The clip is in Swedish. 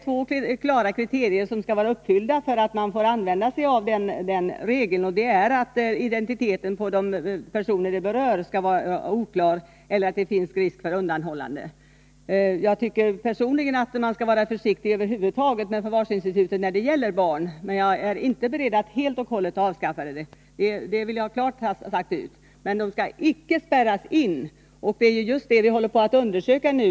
Två klara kriterier gäller för att man skall få tillämpa regeln: att de berörda personernas identitet är oklar eller att det finns risk för undanhållande. Jag tycker personligen att man skall vara försiktig med att tillämpa förvarsinstitutet när det gäller barn över huvud taget. men jag är inte beredd att helt och hållet avskaffa det — det vill jag klart ha sagt. Men de skall icke spärras in. Det är just den saken vi håller på att undersöka nu.